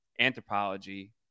Anthropology